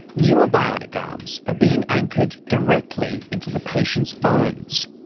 newer bionic arms are being anchored directly into the patient's bones,